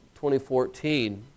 2014